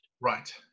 Right